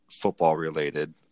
football-related